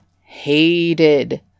hated